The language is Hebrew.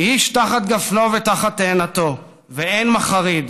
איש תחת גפנו ותחת תאנתו ואין מחריד,